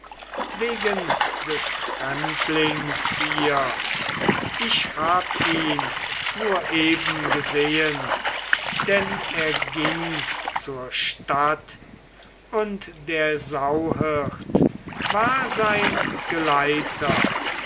wegen des fremdlings hier ich hab ihn nur eben gesehen denn er ging zu der stadt und der sauhirt war sein geleiter